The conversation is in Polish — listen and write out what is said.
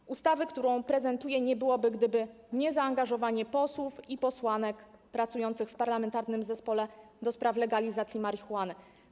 Tej ustawy, którą prezentuję, nie byłoby, gdyby nie zaangażowanie posłów i posłanek pracujących w Parlamentarnym Zespole ds. Legalizacji Marihuany.